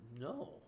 no